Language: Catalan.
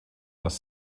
les